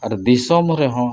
ᱟᱨ ᱫᱤᱥᱚᱢ ᱨᱮᱦᱚᱸ